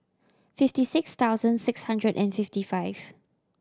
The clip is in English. fifty six thousand six hundred and fifty five